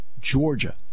Georgia